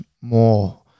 more